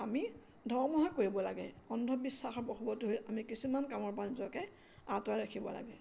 আমি ধৰ্মহে কৰিব লাগে অন্ধবিশ্বাসৰ বশৱৰ্তী হৈ আমি কিছুমান কামৰ পৰা নিজকে আঁতৰাই ৰাখিব লাগে